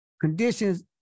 conditions